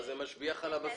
זה משביח על הבסיס.